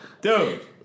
Dude